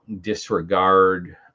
disregard